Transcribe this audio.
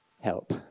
Help